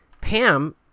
Pam